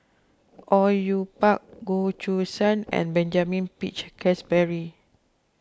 Au Yue Pak Goh Choo San and Benjamin Peach Keasberry